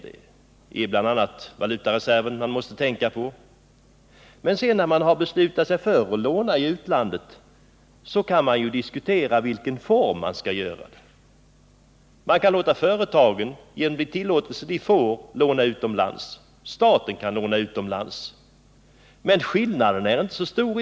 Det är bl.a. valutareserven som man måste tänka på. Men när landet har beslutat sig för att låna i utlandet, kan man ju diskutera i vilken form man skall göra det. Man kan låta företagen, genom de tillåtelser de får, låna utomlands. Staten kan också låna utomlands — skillnaden är inte så stor.